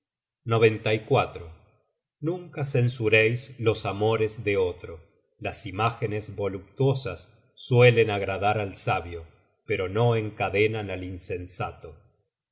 search generated at nunca censureis los amores de otro las imágenes voluptuosas suelen agradar al sabio pero no encadenan al insensato